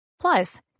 Plus